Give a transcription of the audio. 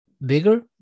bigger